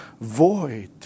void